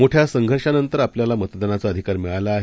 मोठ्यासंघर्षानंतरआपल्यालामतदानाचाअधिकारमिळालाआहे